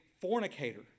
fornicator